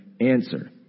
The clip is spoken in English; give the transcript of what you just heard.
answer